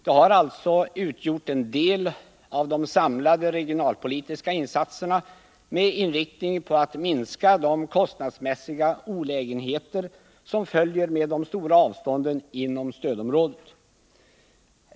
Det har alltså utgjort en del av de samlade regionalpolitiska insatserna med inriktning på att minska de kostnadsmässiga olägenheter som följer med de stora avstånden inom stödområdet.